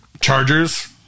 chargers